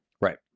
right